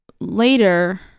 later